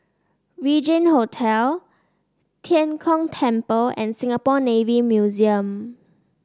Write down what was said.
Regin Hotel Tian Kong Temple and Singapore Navy Museum